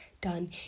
done